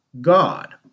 God